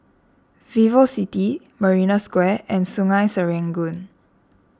VivoCity Marina Square and Sungei Serangoon